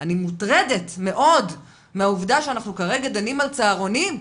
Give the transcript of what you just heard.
אני מוטרדת מאוד מהעובדה שכרגע אנחנו דנים על צהרונים,